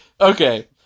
Okay